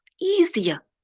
easier